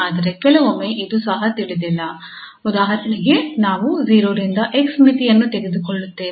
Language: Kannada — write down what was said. ಆದರೆ ಕೆಲವೊಮ್ಮೆ ಇದು ಸಹ ತಿಳಿದಿಲ್ಲ ಉದಾಹರಣೆಗೆ ನಾವು 0 ರಿಂದ 𝑥 ಮಿತಿಯನ್ನು ತೆಗೆದುಕೊಳ್ಳುತ್ತೇವೆ